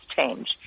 change